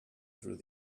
through